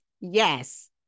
Yes